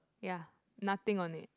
ya nothing on it